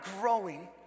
growing